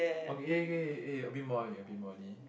okay K K eh a bit more only a bit more only